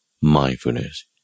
mindfulness